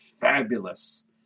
fabulous